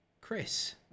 chris